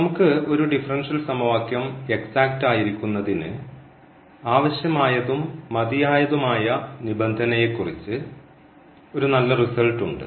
നമുക്ക് ഒരു ഡിഫറൻഷ്യൽ സമവാക്യം എക്സാക്റ്റ് ആയിരിക്കുന്നതിന് ആവശ്യമായതും മതിയായതുമായ നിബന്ധനയെക്കുറിച്ച് ഒരു നല്ല റിസൽട്ട് ഉണ്ട്